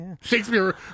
Shakespeare